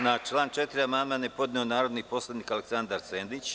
Na član 4. amandman je podneo narodni poslanik Aleksandar Senić.